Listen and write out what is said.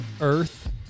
Earth